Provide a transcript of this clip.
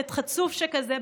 / חטא חצוף שכזה,